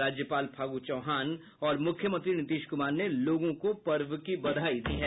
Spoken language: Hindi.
राज्यपाल फागू चौहान और मुख्यमंत्री नीतीश कुमार ने लोगों को पर्व की बधाई दी है